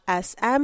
SM